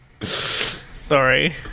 Sorry